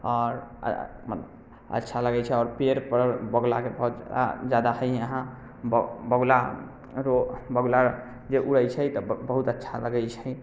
आओर अच्छा लगै छै आओर पेड़पर बगुला ज्यादा हइ यहाँ बगुला बगुला ओ बगुला जे उड़ैत छै तब बहुत अच्छा लगै छै